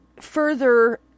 further